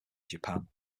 japan